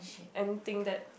anything that